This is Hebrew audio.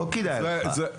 לא כדאי לך.